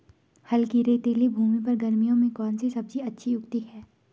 हल्की रेतीली भूमि पर गर्मियों में कौन सी सब्जी अच्छी उगती है?